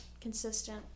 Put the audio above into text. Consistent